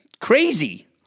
crazy